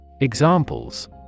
Examples